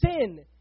sin